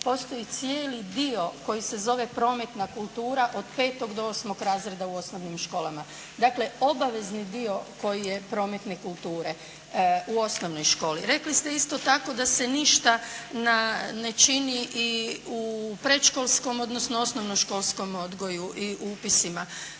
postoji cijeli dio koji se zove prometna kultura od 5. do 8. razreda u osnovnim školama. Dakle obavezni dio koji je prometni kulture u osnovnoj školi. Rekli ste isto tako da se ništa ne čini i u predškolskom, odnosno osnovnoškolskom odgoju i upisima.